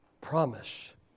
promise